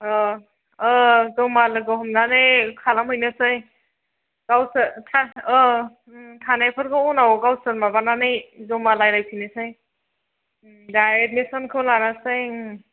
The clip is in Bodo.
अ जमा लोगो हमनानै खालामहैनोसै गावसोर क्लास अ थानायफोरखौ उनाव गावसोर माबानानै जमा रायज्लायफिननोसै दा एडमिसनखौ लानोसै